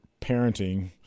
parenting